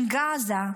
In Gaza,